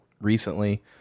recently